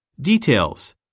Details